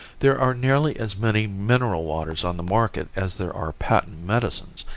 there are nearly as many mineral waters on the market as there are patent medicines,